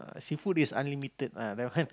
uh seafood is unlimited ah that one